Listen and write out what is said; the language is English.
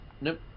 Nope